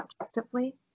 objectively